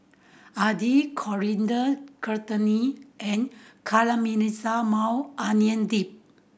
Idili Coriander Chutney and Caramelized Maui Onion Dip